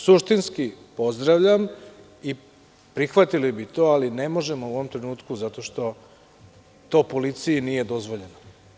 Suštinski pozdravljam i prihvatili bi to, ali ne možemo u ovom trenutku zato što to policiji nije dozvoljeno.